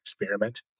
experiment